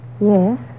Yes